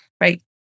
right